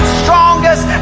strongest